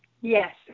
Yes